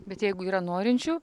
bet jeigu yra norinčių